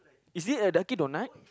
is it at Dunkin-Donut